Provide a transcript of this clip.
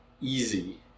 easy